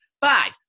Five